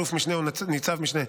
אלוף משנה או ניצב משנה,